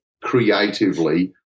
creatively